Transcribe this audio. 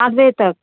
आठ बजे तक